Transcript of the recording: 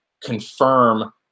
confirm